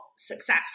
success